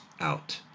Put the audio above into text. out